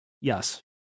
Yes